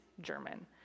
German